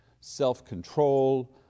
self-control